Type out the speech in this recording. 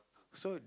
so